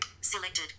Selected